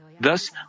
Thus